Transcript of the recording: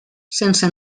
sense